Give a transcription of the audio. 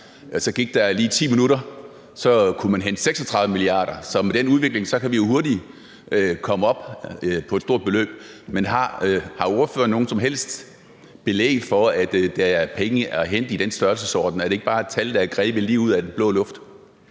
så gik der 10 minutter, og så kunne man hente 36 mia. kr. Så med den udvikling kunne vi jo hurtigt komme op på et stort beløb. Har ordføreren noget som helst belæg for, at der er penge at hente i den størrelsesorden? Er det ikke bare et tal, der er grebet lige ud af den blå luft?